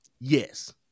Yes